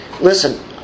Listen